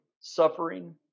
suffering